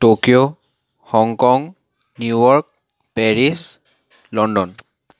Tokyo Hong Kong New York Paris London